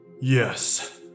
Yes